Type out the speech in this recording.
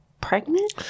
pregnant